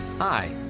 Hi